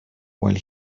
while